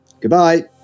Goodbye